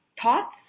Thoughts